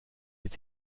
etc